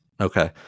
Okay